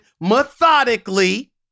methodically